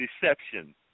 deception